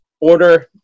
order